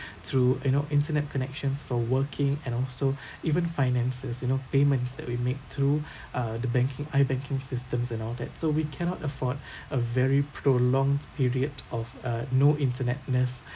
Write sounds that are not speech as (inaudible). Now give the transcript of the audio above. through you know internet connections for working and also (breath) even finances you know payments that we make through (breath) uh the banking I_banking systems and all that so we cannot afford (breath) a very prolonged period of a no internet-ness